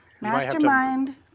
Mastermind